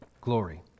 glory